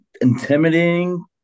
intimidating